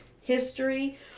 history